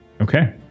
Okay